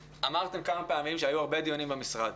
אמרתם כמה פעמים שהיו הרבה דיונים במשרד.